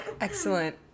Excellent